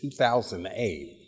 2008